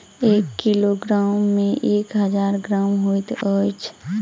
एक किलोग्राम मे एक हजार ग्राम होइत अछि